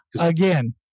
Again